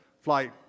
Flight